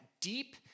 deep